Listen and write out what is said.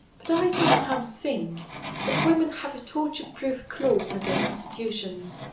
but i sometimes think that women have a torture-proof clause in their constitutions.